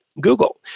Google